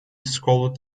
scowled